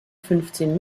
fünfzehn